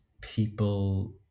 People